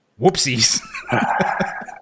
Whoopsies